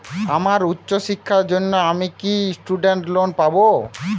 আমার উচ্চ শিক্ষার জন্য আমি কি স্টুডেন্ট লোন পাবো